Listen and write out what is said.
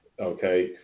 okay